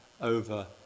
over